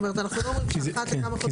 כלומר אנחנו לא אומרים שאחת לכמה חודשים